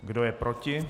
Kdo je proti?